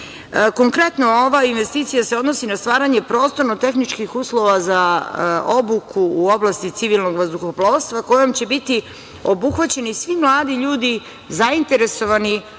Vršcu. Konkretno, ova investicija se odnosi na stvaranje prostorno-tehničkih uslova za obuku u oblasti civilnog vazduhoplovstva kojom će biti obuhvaćeni svi mladi ljudi zainteresovani